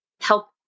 help